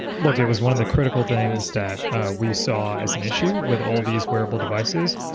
look, it was one of the critical things that we saw as an issue with all these wearable devices.